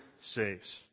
saves